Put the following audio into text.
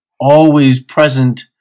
always-present